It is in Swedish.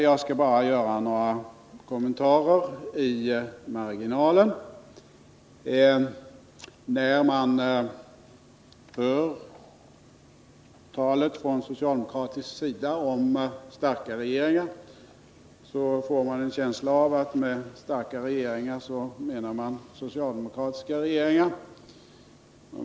Jag skall emellertid göra några kommentarer i marginalen. När man hör socialdemokraterna tala om starka regeringar, får man en känsla av att de med starka regeringar menar socialdemokratiska regeringar.